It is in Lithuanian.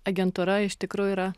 agentūra iš tikrųjų yra